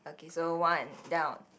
okay so one down